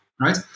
right